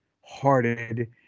hearted